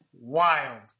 wild